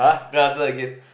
play answer again